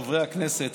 חברי הכנסת,